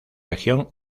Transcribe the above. región